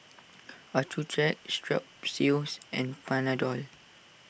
Accucheck Strepsils and Panadol